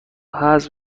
حذف